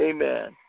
Amen